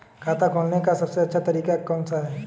खाता खोलने का सबसे अच्छा तरीका कौन सा है?